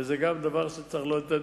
וגם זה דבר שצריך לעודד.